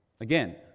Again